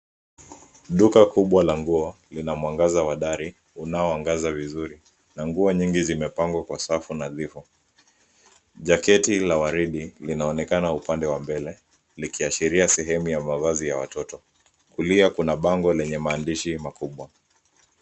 Duka kubwa la nguo lina mwangaza hodari unaoangaza vizuri na nguo nyingi zimepangwa kwa safu nadhifu jaketi la waridi linaonekana upande wa mbele likiashiria sehemu ya mavazi ya watoto kulia kuna bango lenye maandishi makubwa.